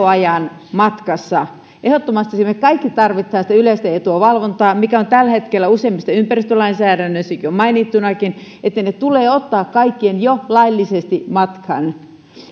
ajan matkassa ehdottomasti me kaikki tarvitsemme yleisen edun valvontaa mikä on tällä hetkellä useammassa ympäristölainsäädännössä jo mainittunakin ne tulee ottaa kaikkiin jo laillisesti matkaan joten